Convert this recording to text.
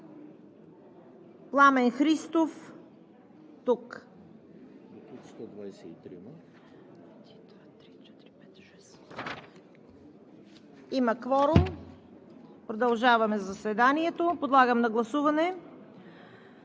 Трифонов Христов - тук Имаме кворум. Продължаваме заседанието. Подлагам на гласуване